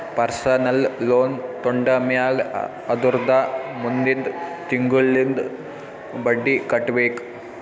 personal loan ತೊಂಡಮ್ಯಾಲ್ ಅದುರ್ದ ಮುಂದಿಂದ್ ತಿಂಗುಳ್ಲಿಂದ್ ಬಡ್ಡಿ ಕಟ್ಬೇಕ್